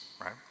Right